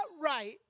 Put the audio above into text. right